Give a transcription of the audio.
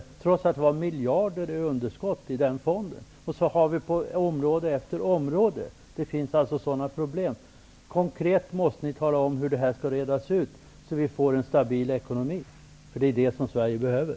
Detta trots att den fonden hade miljarder i underskott. Så är det på område efter område. Det finns alltså problem. Ni måste konkret tala om hur det här skall redas ut, så att vi får en stabil ekonomi. Det är det Sverige behöver.